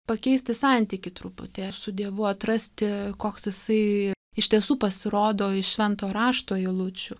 pakeisti santykį truputį su dievu atrasti koks jisai iš tiesų pasirodo iš švento rašto eilučių